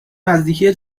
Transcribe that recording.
نزدیکی